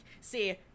see